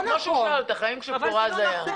כמו שהוא שאל אותך, האם כשפורז היה?